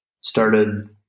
started